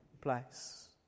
place